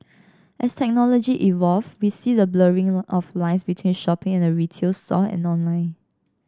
as technology evolve we see the blurring of lines between shopping at a retail store and online